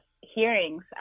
hearings